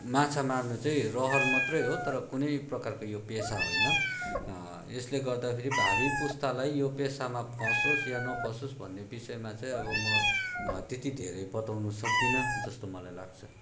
माछा मार्नु चाहिँ रहर मात्रै हो तर कुनै प्रकारको यो पेसा होइन यसले गर्दाखेरि भावी पुस्तालाई यो पेसामा फँसोस् या नफँसोस् भन्ने विषयमा चाहिँ अब म त्यति धेरै बताउनु सक्दिनँ जस्तो मलाई लाग्छ